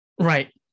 Right